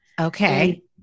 Okay